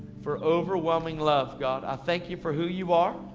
for overwhelming love, god. i thank you for who you are.